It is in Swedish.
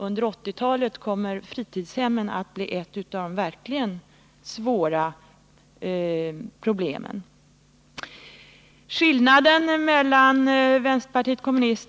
Under 1980-talet kommer fritidshemmen att bli ett av de verkligt svåra problemen.